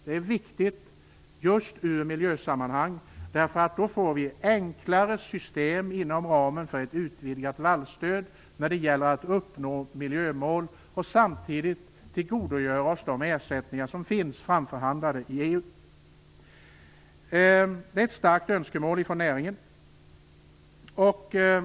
Det är viktigt just från miljösynpunkt - inom ramen för ett utvidgat vallstöd får vi då enklare system när det gäller att uppnå miljömål, och samtidigt tillgodogör vi oss de ersättningar som finns framförhandlade i EU. Det är ett starkt önskemål från näringen.